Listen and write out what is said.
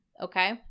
Okay